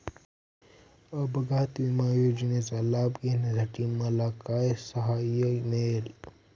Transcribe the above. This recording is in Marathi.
अपघात विमा योजनेचा लाभ घेण्यासाठी मला काय सहाय्य मिळेल?